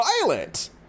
violent